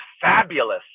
fabulous